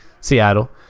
Seattle